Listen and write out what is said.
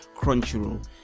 Crunchyroll